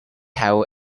have